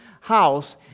house